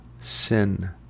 sin